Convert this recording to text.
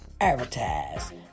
advertise